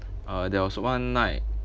uh there was one night